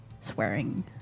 swearing